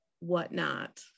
whatnot